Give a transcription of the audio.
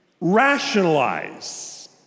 rationalize